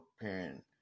parent